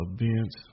events